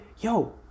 yo